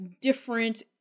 different